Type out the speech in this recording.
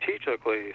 strategically